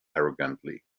arrogantly